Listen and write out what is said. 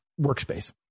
workspace